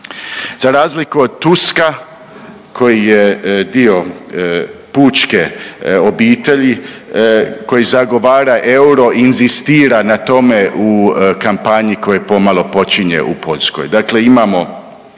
Za razliku od Tuska koji je dio pučke obitelji, koji zagovara euro, inzistira na tome u kampanji koja pomalo počinje u Poljskoj.